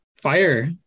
fire